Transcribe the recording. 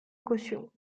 caution